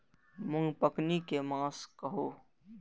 मूँग पकनी के मास कहू?